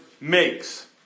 makes